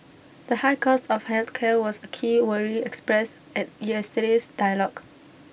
the high cost of health care was A key worry expressed at yesterday's dialogue